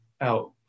out